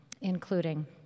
including